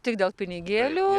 tik dėl pinigėlių